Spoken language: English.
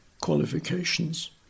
qualifications